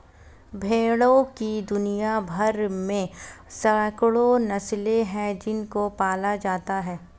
भेड़ों की दुनिया भर में सैकड़ों नस्लें हैं जिनको पाला जाता है